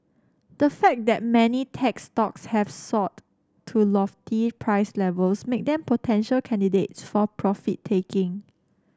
the fact that many tech stocks have soared to lofty price levels make them potential candidates for profit taking